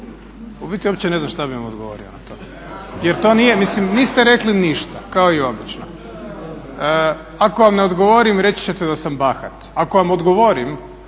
u biti uopće ne znam što bih vam odgovorio na to, jer to nije. Mislim niste rekli ništa kao i obično. Ako vam ne odgovorim reći ćete da sam bahat. Ako vam odgovorim